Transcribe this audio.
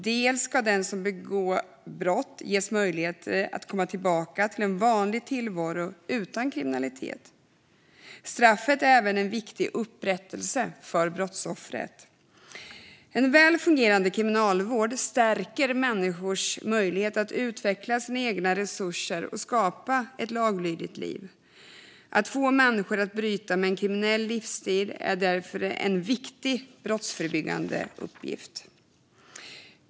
Dels ska den som begått brott ges möjligheter att komma tillbaka till en vanlig tillvaro utan kriminalitet. Straffet är även en viktig upprättelse för brottsoffret. En väl fungerande kriminalvård stärker människors möjlighet att utveckla sina egna resurser och skapa ett laglydigt liv. Att få människor att bryta med en kriminell livsstil är därför en viktig brottsförebyggande uppgift.